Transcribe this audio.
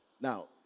Now